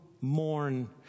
mourn